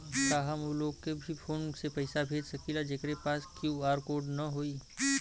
का हम ऊ लोग के भी फोन से पैसा भेज सकीला जेकरे पास क्यू.आर कोड न होई?